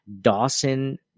Dawson